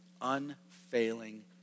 unfailing